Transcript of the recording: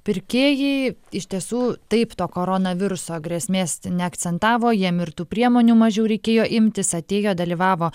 pirkėjai iš tiesų taip to koronaviruso grėsmės neakcentavo jiem ir tų priemonių mažiau reikėjo imtis atėjo dalyvavo